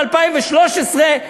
על 2013,